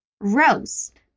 Roast